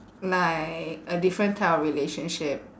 like a different type of relationship